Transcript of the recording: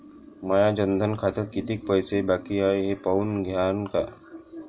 माया जनधन खात्यात कितीक पैसे बाकी हाय हे पाहून द्यान का?